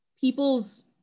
people's